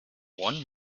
one